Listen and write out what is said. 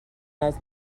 است